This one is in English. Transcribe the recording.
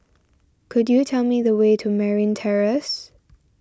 could you tell me the way to Merryn Terrace